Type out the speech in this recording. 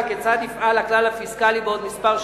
כיצד יפעל הכלל הפיסקלי בעוד שנים מספר,